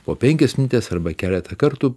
po penkias minutes arba keletą kartų